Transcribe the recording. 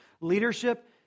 Leadership